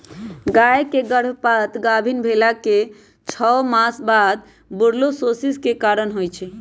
गाय के गर्भपात गाभिन् भेलाके छओ मास बाद बूर्सोलोसिस के कारण होइ छइ